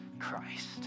Christ